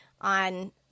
on